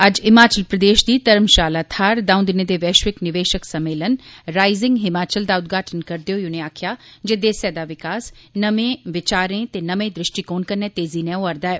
अज्ज हिमाचल प्रदेश दी धर्मशाला थाहर दऊं दिनें दे वैश्विक निवेशक सम्मेलन राइसिंग हिमाचल दा उद्घाटन करदे होई उनें आक्खो जे देसै दा विकास नमें बचारें ते नमें दृष्टिकोण कन्नै तेजी नै होआ'रदा ऐ